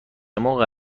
موقع